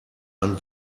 ein